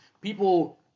People